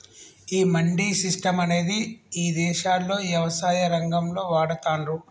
ఈ మండీ సిస్టం అనేది ఇదేశాల్లో యవసాయ రంగంలో వాడతాన్రు